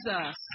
jesus